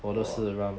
我